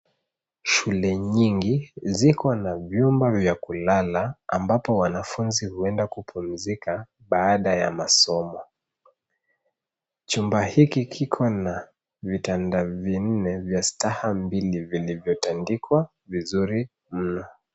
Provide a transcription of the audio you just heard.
Shule nyingi ziko na vyumba vya kulala ambapo wanafunzi huenda kupumzika baaada ya masomo. Chumba hiki kiko na vitanda vinne vya staha mbili vilivyotandikwa vizuri mno.